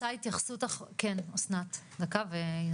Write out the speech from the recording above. אסנת, בבקשה.